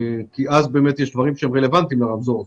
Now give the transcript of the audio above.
אז באמת יש דברים שהם רלוונטיים לרמזור.